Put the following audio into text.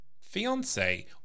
fiance